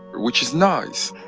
which is nice.